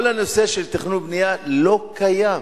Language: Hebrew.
כל הנושא של תכנון ובנייה לא קיים.